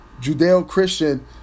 Judeo-Christian